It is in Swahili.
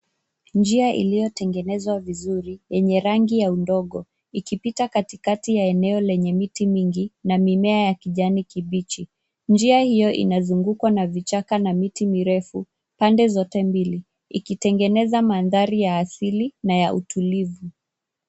Njia iliyotengenezwa vizuri yenye rangi ya udongo ikipita katikati ya eneo lenye miti mingi na mimea ya kijani kibichi. Njia hiyo inazungukwa na vichaka na miti mirefu pande zote mbili ikitengeneza mandhari ya asili na ya utulivu.